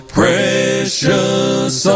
precious